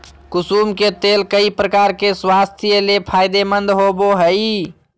कुसुम के तेल कई प्रकार से स्वास्थ्य ले फायदेमंद होबो हइ